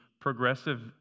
progressive